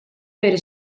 bere